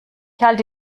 halte